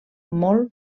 molt